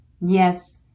Yes